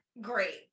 great